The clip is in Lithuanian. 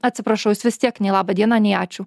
atsiprašau jis vis tiek nei laba diena nei ačiū